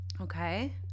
Okay